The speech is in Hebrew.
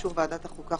ובאישור ועדת החוקה,